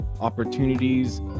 opportunities